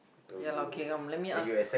ya lah okay come let me ask